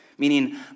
meaning